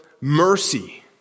mercy